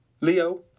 Leo